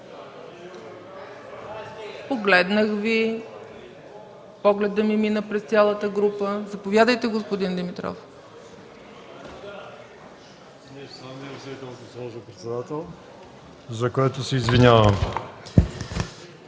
Погледнах Ви, погледът ми мина през цялата Ви група... Заповядайте, господин Димитров.